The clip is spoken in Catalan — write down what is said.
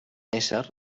ésser